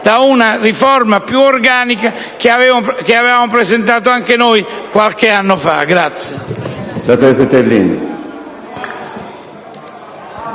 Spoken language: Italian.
di riforma più organica che avevamo presentato anche noi qualche anno fa.